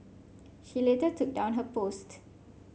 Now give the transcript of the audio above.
she later took down her post